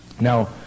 Now